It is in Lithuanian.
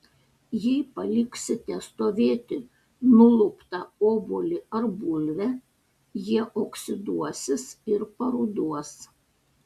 jei paliksite stovėti nuluptą obuolį ar bulvę jie oksiduosis ir paruduos